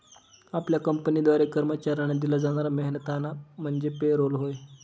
आपल्या कंपनीद्वारे कर्मचाऱ्यांना दिला जाणारा मेहनताना म्हणजे पे रोल होय